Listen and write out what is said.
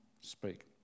speak